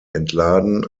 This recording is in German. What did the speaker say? entladen